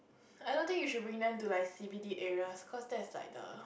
I don't think you should bring them to like C_B_D areas cause that's like the